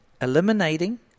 Eliminating